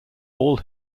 all